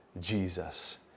Jesus